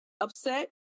upset